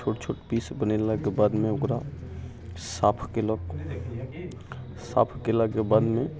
छोट छोट पीस बनेलाके बादमे ओकरा साफ केलक साफ केलाके बादमे